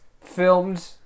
filmed